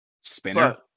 Spinner